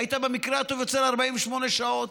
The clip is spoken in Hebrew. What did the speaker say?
היית במקרה הטוב יוצא ל-48 שעות.